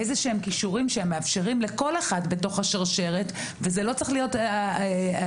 כישורים שמאפשרים לכל אחד בתוך השרשרת זו לא צריכה להיות עבודה,